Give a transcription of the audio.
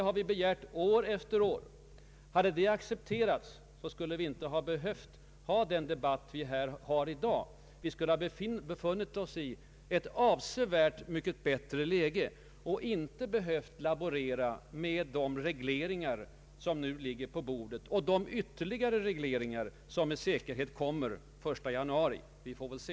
Hade det accepterats, hade vi inte behövt ha den debatt som ägt rum här i dag. Vi skulle ha befunnit oss i ett avsevärt bättre läge och inte behövt laborera med de regleringspaket som nu ligger på bordet och de ytterligare regleringar som med säkerhet kommer den 1 januari. Vi får väl se!